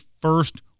first